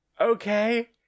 okay